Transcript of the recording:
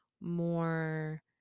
more